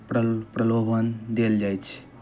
प्रल प्रलोभन देल जाइ छै